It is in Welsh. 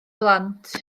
blant